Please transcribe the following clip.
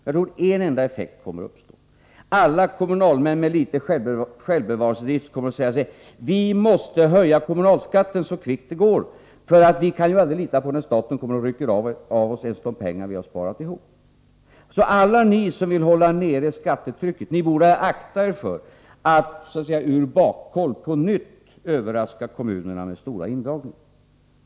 Jag tror att det skulle få en enda effekt, nämligen den att alla kommunalmän med någon självbevarelsedrift skulle säga: Vi måste höja kommunalskatten så kvickt det går, för vi kan ju aldrig veta när staten kommer och rycker av oss de pengar som vi sparat ihop. Alla ni som vill hålla nere skattetrycket borde därför akta er för att så att säga ur bakhåll på nytt överraska kommunerna med stora indragningar.